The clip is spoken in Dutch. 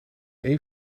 één